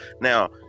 now